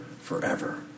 forever